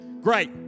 Great